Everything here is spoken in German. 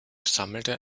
sammelte